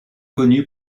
connu